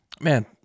Man